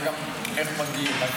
וגם איך מגיעים.